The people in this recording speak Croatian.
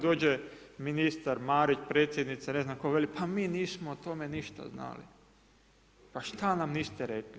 Dođe ministar Marić, predsjednica, ne znam tko, pa veli mi nismo o tome ništa znali, pa šta nam niste rekli?